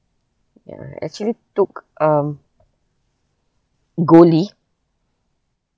ya actually took um goli